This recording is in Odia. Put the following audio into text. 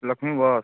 ଲକ୍ଷ୍ମୀ ବସ